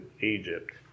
Egypt